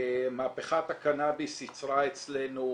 מהפכת הקנאביס ייצרה אצלנו